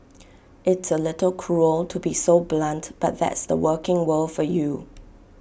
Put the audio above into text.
it's A little cruel to be so blunt but that's the working world for you